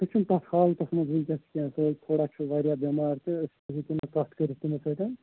سُہ چھُنہٕ تتھ حالتَس منٛز وُنکیٚس کیٚنٛہہ تہٕ تھوڑا چھُ واریاہ بیٚمار تہٕ أسۍ ہیٚکِو نہٕ کَتھ کٔرِتھ تٔمِس سۭتۍ